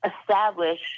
establish